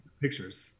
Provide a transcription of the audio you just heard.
Pictures